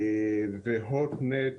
הוט נט,